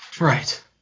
Right